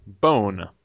Bone